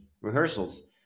rehearsals